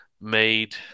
made